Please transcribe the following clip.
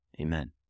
amen